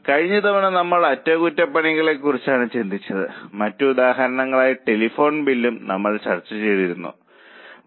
കഴിഞ്ഞ തവണ നമ്മൾ അറ്റകുറ്റപ്പണികളെ കുറിച്ചാണ് ചിന്തിച്ചത് മറ്റ് ഉദാഹരണങ്ങളായി ടെലിഫോൺ ബില്ലും നമ്മൾ ചർച്ച ചെയ്തിട്ടുണ്ട്